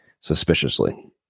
suspiciously